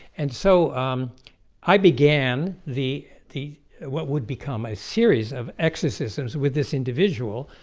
and so um i began, the the what would become a series of exorcisms with this individual?